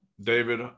David